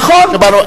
נכון.